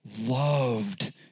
loved